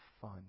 fun